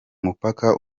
mupaka